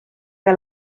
que